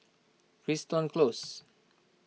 Crichton Close